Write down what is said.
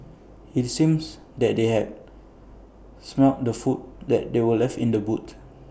IT seems that they had smelt the food that they were left in the boot